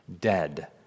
dead